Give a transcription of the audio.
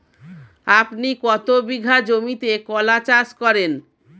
আপনি কত বিঘা জমিতে কলা চাষ করেন?